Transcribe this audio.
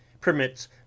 permits